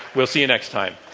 we'll see you next time.